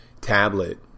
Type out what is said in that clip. tablet